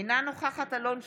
אינה נוכחת אלון שוסטר,